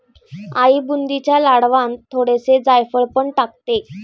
आई बुंदीच्या लाडवांत थोडेसे जायफळ पण टाकते